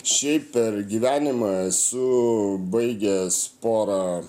šiaip per gyvenimą esu baigęs porą